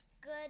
good